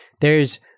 There's-